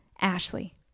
Ashley